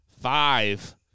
five